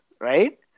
right